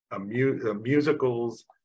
musicals